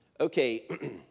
Okay